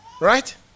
Right